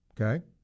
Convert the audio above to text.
okay